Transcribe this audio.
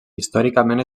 històricament